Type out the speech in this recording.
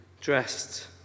dressed